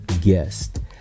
guest